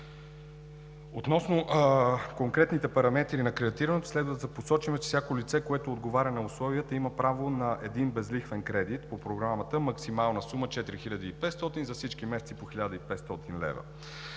Относно конкретните параметри на кредитирането следва да се посочи, че всяко лице, което отговаря на условията, има право на един безлихвен кредит по Програмата и максимална сума от 4500 лв. за всички месеци, по 1500 лв.